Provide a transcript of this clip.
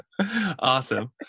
Awesome